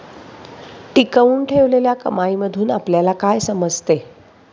टिकवून ठेवलेल्या कमाईमधून आपल्याला काय समजते?